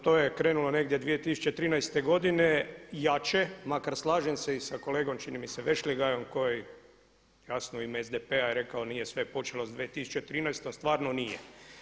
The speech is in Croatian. To je krenulo negdje 2013. godine jače, makar slažem se i sa kolegom čini mi se Vešligajom koji jasno u ime SDP-a rekao nije sve počelo s 2013. a stvarno nije.